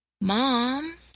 Mom